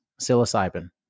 psilocybin